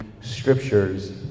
scriptures